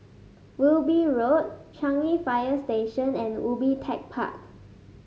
Wilby Road Changi Fire Station and Ubi Tech Park